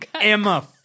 Emma